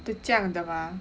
的这样的吗